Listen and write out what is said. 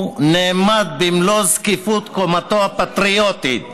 ואיפה הוא נעמד במלוא זקיפות קומתו הפטריוטית,